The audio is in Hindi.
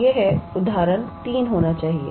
तो यह उदाहरण 3 होना चाहिए